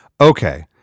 okay